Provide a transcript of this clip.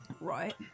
Right